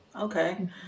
Okay